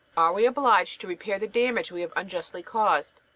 are we obliged to repair the damage we have unjustly caused?